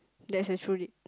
that's a true date